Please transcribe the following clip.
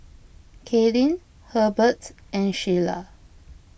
Kaylynn Herbert and Sheila